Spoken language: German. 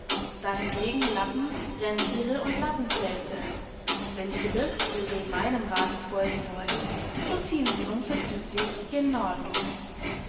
dahingegen lappen renntiere und lappenzelte wenn die gebirgsvögel meinem rate folgen wollen so ziehen sie unverzüglich gen norden